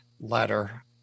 letter